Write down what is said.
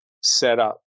setup